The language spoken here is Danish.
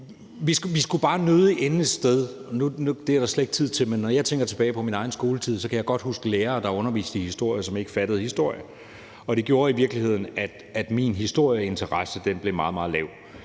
lige kan løse det sådan her. Men når jeg tænker tilbage på min egen skoletid, kan jeg godt huske lærere, der underviste i historie, som ikke fattede historie, og det gjorde i virkeligheden, at min historieinteresse blev meget,